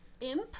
imp